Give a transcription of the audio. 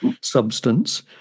substance